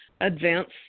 advance